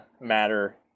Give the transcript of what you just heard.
matter